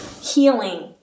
Healing